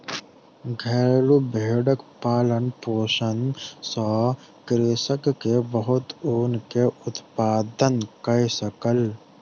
घरेलु भेड़क पालन पोषण सॅ कृषक के बहुत ऊन के उत्पादन कय सकल